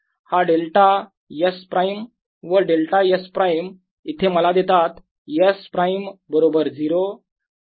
हा delta S prime व delta S prime इथे मला देतात S प्राईम बरोबर 0